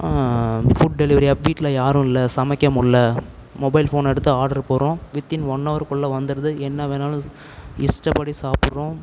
food delivery app வீட்டில் யாரும் இல்லை சமைக்கமுடில மொபைல் ஃபோன் எடுத்து ஆட்ரு போடுறோம் வித்தின் ஒன் அவர் குள்ளே வந்துவிடுது என்ன வேணாலும் இஷ்டப்படி சாப்பிட்றோம்